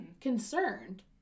Concerned